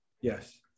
Yes